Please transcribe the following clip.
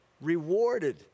rewarded